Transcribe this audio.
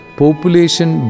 population